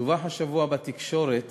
דווח השבוע בתקשורת